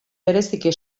bereziki